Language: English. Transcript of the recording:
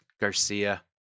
Garcia